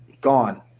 gone